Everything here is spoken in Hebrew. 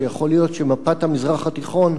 שיכול להיות שמפת המזרח התיכון,